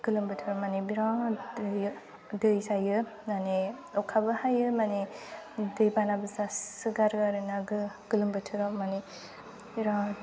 गोलोम बोथोराव माने बिराद दै दै जायो माने अखाबो हायो माने दैबानाबो जासोगारो आरो ना गोलोम बोथोराव माने बिराद